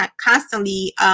constantly